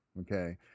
okay